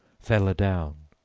fell adown.